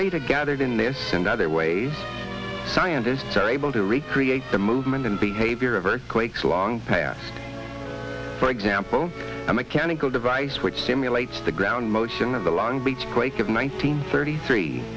data gathered in this and other ways scientists are able to recreate the movement and behavior of earthquakes long past for example a mechanical device which simulates the ground motion of the long beach break of nineteen thirty three